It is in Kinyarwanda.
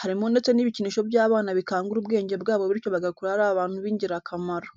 harimo ndetse n'ibikinisho by'abana bikangura ubwenge bwabo bityo bagakura ari abantu b'ingirakamaro.